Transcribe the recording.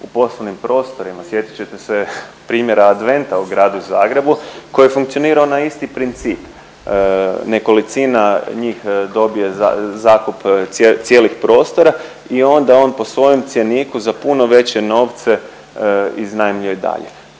u poslovnim prostorima. Sjetit ćete se primjera adventa u gradu Zagrebu koji je funkcionirao na isti princip. Nekolicina njih dobije zakup cijelih prostora i onda on po svojem cjeniku za puno veće novce iznajmljuje dalje.